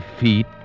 feet